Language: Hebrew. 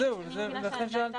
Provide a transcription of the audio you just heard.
זה בעצם הסיפור.